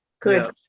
Good